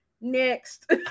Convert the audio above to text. next